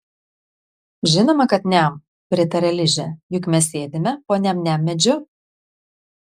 žinoma kad niam pritaria ližė juk mes sėdime po niam niam medžiu